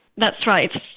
that's right.